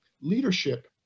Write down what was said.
Leadership